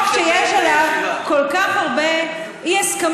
כחוק שיש עליו כל כך הרבה אי-הסכמה,